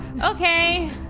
Okay